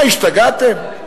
מה, השתגעתם?